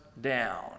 down